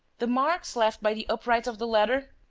the marks left by the uprights of the ladder?